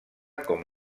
com